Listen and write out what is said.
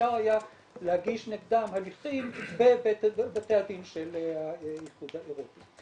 אפשר היה להגיש נגדן הליכים בבתי הדין של האיחוד האירופי.